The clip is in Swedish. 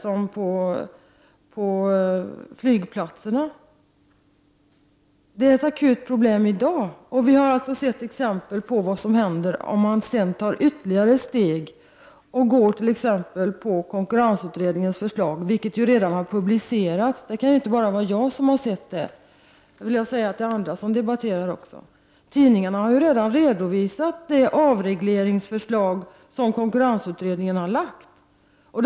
Det är alltså ett akut problem i dag, och vi har sett exempel på vad som händer om man sedan tar ytterligare ett steg och tar till sig konkurrensutredningens förslag, vilket ju redan har publicerats. Det kan juinte vara bara jag som har sett det. Det är andra som debatterar det också. Tidningarna har ju redan redovisat det avregleringsförslag som konkurrensutredningen har lagt fram.